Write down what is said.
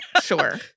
sure